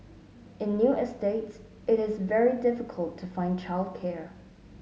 in new estates it is very difficult to find childcare